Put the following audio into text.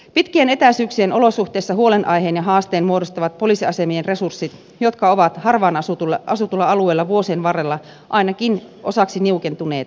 pitkien etäisyyksien olosuhteissa huolenaiheen ja haasteen muodostavat poliisiasemien resurssit jotka ovat harvaan asutuilla alueilla vuosien varrella ainakin osaksi niukentuneet